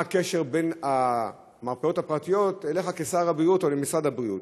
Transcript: מה הקשר בין המרפאות הפרטיות אליך כשר הבריאות או למשרד הבריאות?